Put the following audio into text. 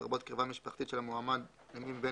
לרבות קרבה משפחתית של המועמד למי מבין